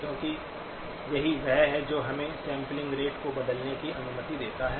क्योंकि यही वह है जो हमें सैंपलिंग रेट को बदलने की अनुमति देता है